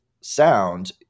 sound